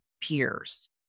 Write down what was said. peers